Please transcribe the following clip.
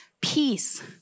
peace